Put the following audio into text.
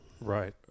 Right